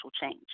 change